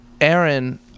Aaron